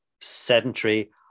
sedentary